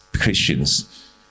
Christians